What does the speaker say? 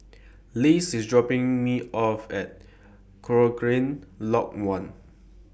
Les IS dropping Me off At Cochrane Lodge one